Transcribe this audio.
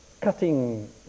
cutting